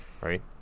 right